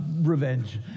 revenge